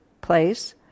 place